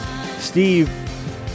Steve